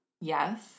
Yes